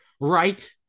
Right